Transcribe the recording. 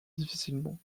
difficilement